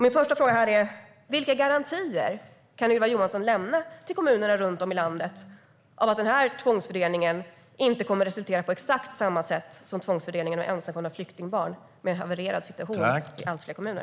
Min första fråga är: Vilka garantier kan Ylva Johansson lämna till kommunerna runt om i landet om att den här tvångsfördelningen inte kommer att resultera i exakt samma sak som tvångsfördelningen av ensamkommande flyktingbarn har gjort - en havererad situation i allt fler kommuner?